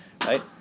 Right